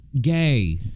gay